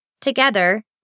Together